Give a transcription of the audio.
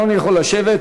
אדוני יכול לשבת.